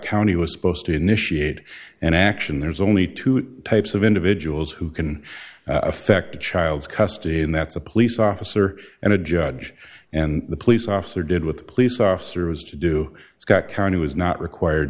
county was supposed to initiate an action there's only two types of individuals who can affect a child's custody and that's a police officer and a judge and the police officer did with the police officer was to do scott county was not required